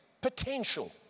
Potential